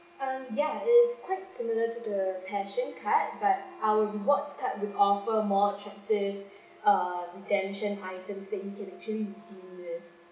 um yeah it's quite similar to the passion card but our rewards card will offer more attractive err redemption items that you can actually redeem with